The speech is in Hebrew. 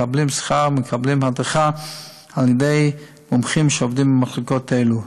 מקבלים שכר ומקבלים הדרכה על ידי מומחים שעובדים במחלקות אלה.